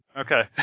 Okay